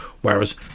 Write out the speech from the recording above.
Whereas